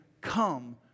come